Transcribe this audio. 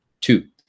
Two